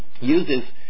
uses